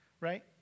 right